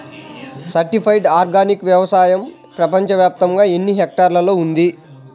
Certified organic వ్యవసాయం ప్రపంచ వ్యాప్తముగా ఎన్నిహెక్టర్లలో ఉంది?